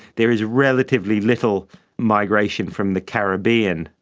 there is relatively little migration from the caribbean,